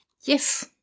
Yes